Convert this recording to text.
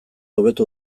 hobetu